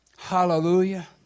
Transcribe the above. Hallelujah